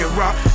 rock